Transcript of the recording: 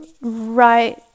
right